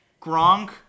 Gronk